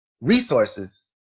resources